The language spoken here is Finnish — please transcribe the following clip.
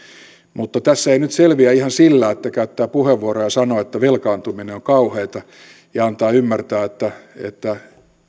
mutta tässä ei nyt selviä ihan sillä että käyttää puheenvuoron ja sanoo että velkaantuminen on kauheata ja antaa ymmärtää että että